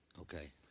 Okay